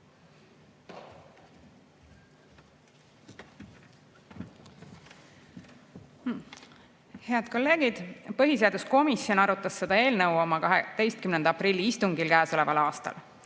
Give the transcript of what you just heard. Head kolleegid! Põhiseaduskomisjon arutas seda eelnõu oma 12. aprilli istungil käesoleval aastal.